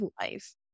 life